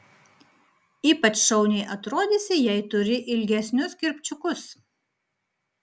ypač šauniai atrodysi jei turi ilgesnius kirpčiukus